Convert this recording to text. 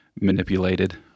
Manipulated